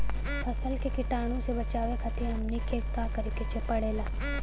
फसल के कीटाणु से बचावे खातिर हमनी के का करे के पड़ेला?